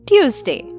Tuesday